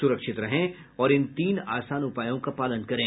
सुरक्षित रहें और इन तीन आसान उपायों का पालन करें